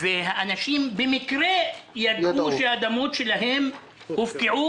והאנשים במקרה גילו שהאדמות שלהם הופקעו.